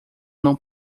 não